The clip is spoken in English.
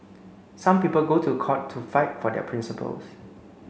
some people go to court to fight for their principles